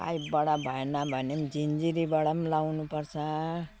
पाइपबाट भएन भने झिन्जिरीबाट लगाउनु पर्छ